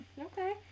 okay